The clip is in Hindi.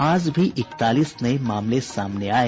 आज भी इकतालीस नये मामले सामने आये